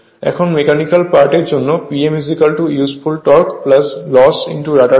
এখন mechanical part এর জন্য P m useful torque loss রটারের গতি